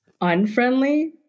unfriendly